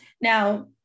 Now